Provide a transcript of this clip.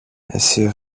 εσύ